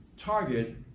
target